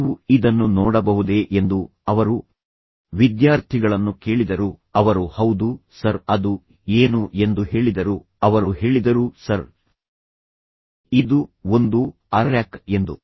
ನೀವು ಇದನ್ನು ನೋಡಬಹುದೇ ಎಂದು ಅವರು ವಿದ್ಯಾರ್ಥಿಗಳನ್ನು ಕೇಳಿದರು ಅವರು ಹೌದು ಸರ್ ಅದು ಏನು ಎಂದು ಹೇಳಿದರು ಅವರು ಹೇಳಿದರು ಸರ್ ಇದು ಒಂದು ಅರ್ರ್ಯಾಕ್ ಎಂದು